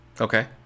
Okay